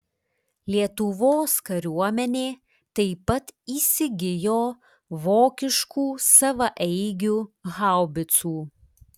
lietuvos kariuomenė taip pat įsigijo vokiškų savaeigių haubicų